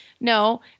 No